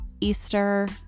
Easter